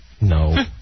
No